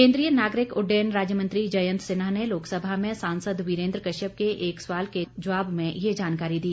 केन्द्रीय नागरिक उड्डयन राज्य मंत्री जयंत सिन्हा ने लोकसभा में सांसद वीरेन्द्र कश्यप के एक सवाल के जवाब में ये जानकारी दी